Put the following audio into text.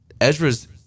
Ezra's